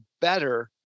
better